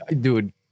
dude